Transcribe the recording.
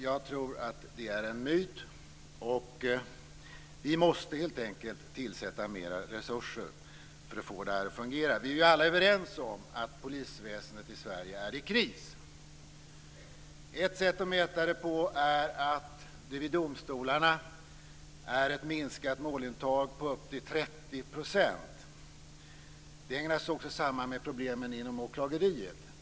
Jag tror att det är en myt, och vi måste helt enkelt tillföra mer resurser för att få detta att fungera. Vi är ju alla överens om att polisväsendet i Sverige är i kris. Ett sätt att mäta detta på är att det vid domstolarna har skett ett minskat målintag på upp till 30 %. Det hänger naturligtvis även samman med problemen inom åklagarväsendet.